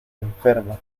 enferma